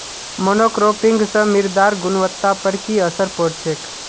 monocropping स मृदार गुणवत्ता पर की असर पोर छेक